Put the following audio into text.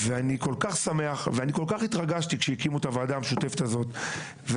ואני כל כך שמח וכל כך התרגשתי כשהקימו את הוועדה המשותפת הזאת,